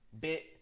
bit